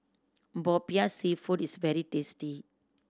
Popiah Seafood is very tasty